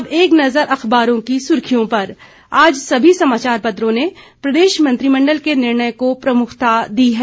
अब एक नजर अखबारों की सुर्खियों पर आज सभी समाचारपत्रों ने प्रदेश मंत्रिमण्डल के निर्णय को प्रमुखता दी है